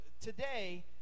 today